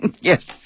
yes